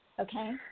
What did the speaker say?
Okay